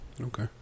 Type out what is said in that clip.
Okay